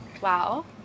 wow